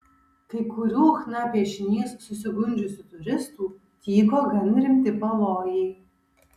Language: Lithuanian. kai kurių chna piešiniais susigundžiusių turistų tyko gan rimti pavojai